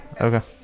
okay